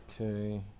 Okay